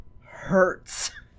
hurts